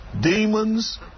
demons